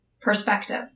perspective